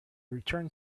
returned